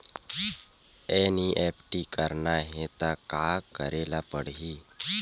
NEFT करना हे त का करे ल पड़हि?